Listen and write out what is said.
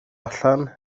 allan